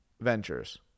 ventures